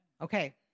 Okay